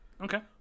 okay